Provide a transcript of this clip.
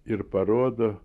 ir parodo